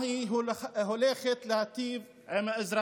אולי תיתנו להם רוח גבית,